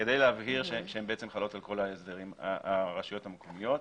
כדי להבהיר שהן חלות על כל הרשויות המקומיות.